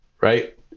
right